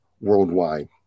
worldwide